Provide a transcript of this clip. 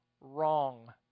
wrong